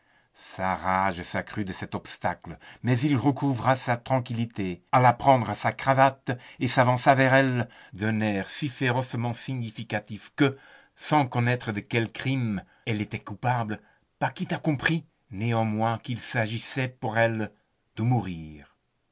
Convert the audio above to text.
sa rage s'accrut de cet obstacle mais il recouvra sa tranquillité alla prendre sa cravate et s'avança vers elle d'un air si férocement significatif que sans connaître de quel crime elle était coupable paquita comprit néanmoins qu'il s'agissait pour elle de mourir